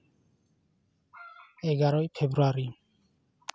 ᱮᱜᱟᱨᱚᱭ February